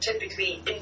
Typically